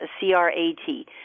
C-R-A-T